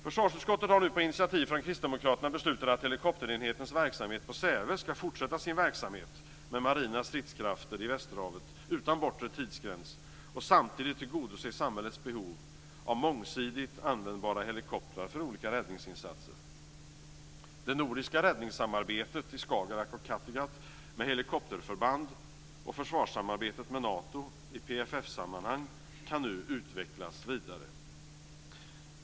Försvarsutskottet har nu på initiativ från Kristdemokraterna beslutat att helikopterenhetens verksamhet på Säve ska fortsätta sin samverkan med marina stridskrafter i västerhavet utan bortre tidsgräns och samtidigt tillgodose samhällets behov av mångsidigt användbara helikoptrar för olika räddningsinsatser. Kattegatt med helikopterförband och försvarssamarbetet med Nato i PFF-sammanhang kan nu utvecklas vidare.